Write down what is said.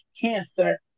cancer